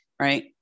right